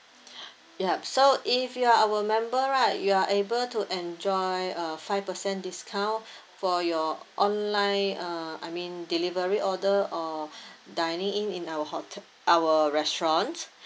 yup so if you are our member right you are able to enjoy uh five percent discount for your online uh I mean delivery order or dining in in our hote~ our restaurant